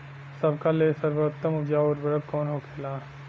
सबका ले सर्वोत्तम उपजाऊ उर्वरक कवन होखेला?